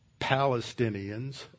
Palestinians